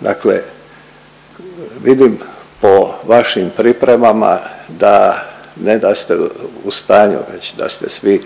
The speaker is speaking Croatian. Dakle, vidim po vašim pripremama da ne da ste u stanju već da ste svi